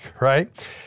Right